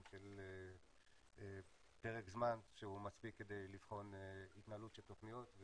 של פרק זמן שהוא מספיק כדי לבחון התנהלות של תוכניות.